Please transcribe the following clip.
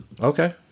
okay